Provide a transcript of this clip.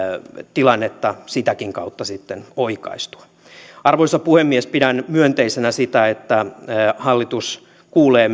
tilannetta sitäkin kautta sitten oikaistua arvoisa puhemies pidän myönteisenä sitä että hallitus kuulee